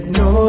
no